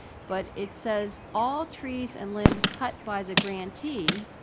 but it says, all trees and limbs cut by the grantee,